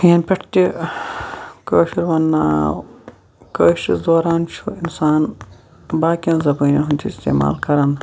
یَنہٕ پٮ۪ٹھ تہِ کٲشُر وَننہٕ آو کٲشرِس دوران چھُ اِنسان باقیَن زَبانن ہُنٛد تہِ اِستِمال کَران